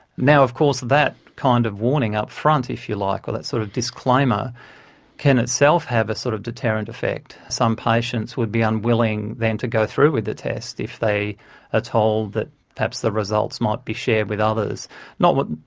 now, of course, that kind of warning up front, if you like, or that sort of disclaimer can itself have a sort of deterrent effect. some patients would be unwilling then to go through with the test if they are ah told that perhaps the results might be shared with others. not what.